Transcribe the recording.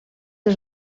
els